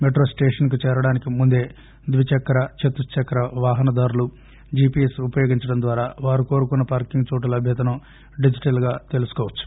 metro station కు చేరడానికి ముందే ద్విచక్ర చతు చక్ర వాహనాల దారులు జిపిఎస్ ఉపయోగించడం ద్వారా వారు కోరుకున్న పార్కింగ్ చోటు లభ్యతను డిజిటల్ గా తెలుసుకోవచ్చు